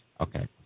Okay